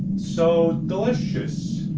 so delicious